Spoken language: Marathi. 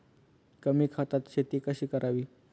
कमी खतात शेती कशी करावी?